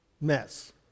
mess